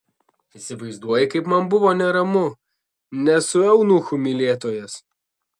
įsivaizduoji kaip man buvo neramu nesu eunuchų mylėtojas